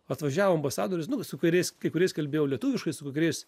atvažiavo ambasadorius nu su kuriais kai kuriais kalbėjau lietuviškai su kai kuriais